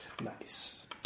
nice